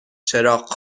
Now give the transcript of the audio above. چراغ